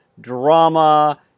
drama